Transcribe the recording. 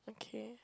okay